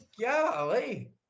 Golly